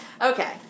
Okay